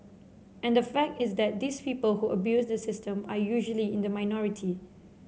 and the fact is that these people who abuse the system are usually in the minority